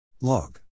log